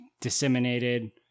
disseminated